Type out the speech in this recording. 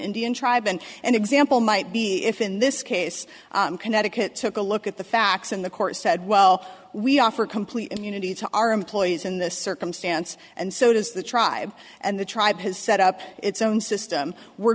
indian tribe and an example might be if in this case connecticut took a look at the facts in the court said well we offer complete immunity to our employees in this circumstance and so does the tribe and the tribe has set up its own system we're